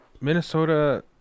Minnesota